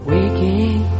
Waking